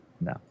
no